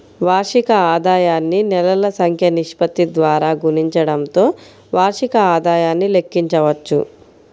వార్షిక ఆదాయాన్ని నెలల సంఖ్య నిష్పత్తి ద్వారా గుణించడంతో వార్షిక ఆదాయాన్ని లెక్కించవచ్చు